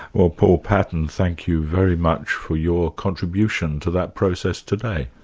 well paul patton, thank you very much for your contribution to that process today.